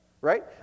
right